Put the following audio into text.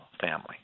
family